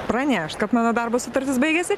pranešt kad mano darbo sutartis baigiasi